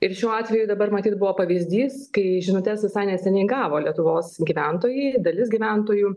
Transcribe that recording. ir šiuo atveju dabar matyt buvo pavyzdys kai žinutes visai neseniai gavo lietuvos gyventojai dalis gyventojų